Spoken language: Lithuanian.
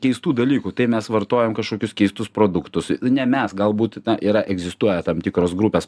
keistų dalykų tai mes vartojam kažkokius keistus produktus ne mes galbūt na yra egzistuoja tam tikros grupės